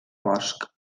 bosc